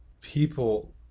people